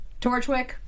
Torchwick